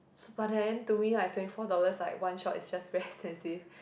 s~ but then to me like twenty four dollars like one shot is just very expensive